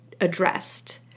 addressed